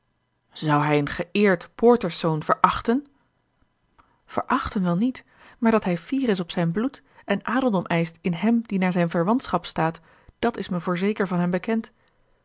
zou hij een geëerd poorterszoon verachten verachten wel niet maar dat hij fier is op zijn bloed en adeldom eischt in hem die naar zijne verwantschap staat dat is me voorzeker van hem bekend